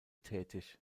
tätig